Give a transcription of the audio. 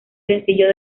sencillo